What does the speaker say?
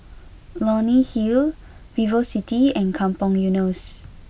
Leonie Hill VivoCity and Kampong Eunos